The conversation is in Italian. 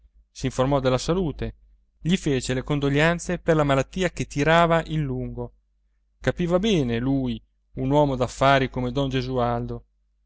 s'informò della salute gli fece le condoglianze per la malattia che tirava in lungo capiva bene lui un uomo d'affari come don gesualdo